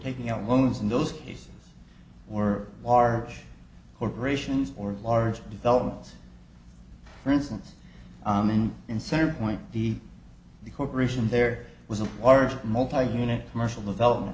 taking out loans in those cases were large corporations or large developments for instance in center point the the corporation there was a large multi unit commercial development